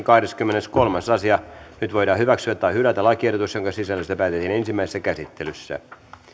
kahdeskymmeneskolmas asia nyt voidaan hyväksyä tai hylätä lakiehdotus jonka sisällöstä päätettiin ensimmäisessä käsittelyssä